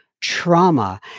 trauma